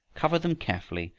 cover them carefully,